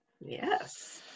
Yes